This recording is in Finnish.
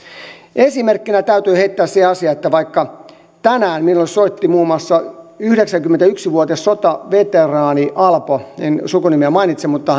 esimerkkinä täytyy vaikka heittää että tänään minulle soitti muun muassa yhdeksänkymmentäyksi vuotias sotaveteraani alpo en sukunimeä mainitse mutta